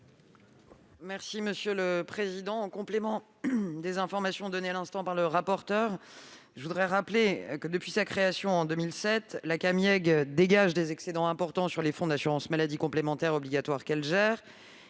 du Gouvernement ? En complément des informations données par le rapporteur général, je rappelle que, depuis sa création en 2007, la Camieg dégage des excédents importants sur les fonds d'assurance maladie complémentaire obligatoire qu'elle gère.